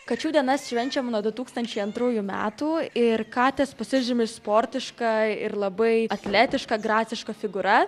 kačių diena švenčiam nuo du tūkstančiai antrųjų metų ir katės pasižymi sportiška ir labai atletiška graciška figūra